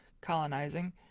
colonizing